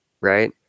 right